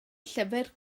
llyfr